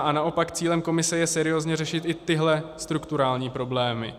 A naopak cílem Komise je seriózně řešit i tyhle strukturální problémy.